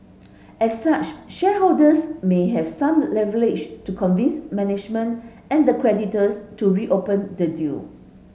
as such shareholders may have some leverage to convince management and the creditors to reopen the deal